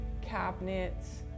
cabinets